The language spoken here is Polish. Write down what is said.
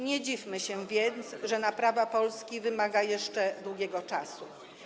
Nie dziwmy się więc, że naprawa Polski wymaga jeszcze długiego czasu.